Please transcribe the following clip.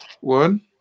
One